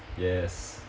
yes